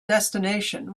destination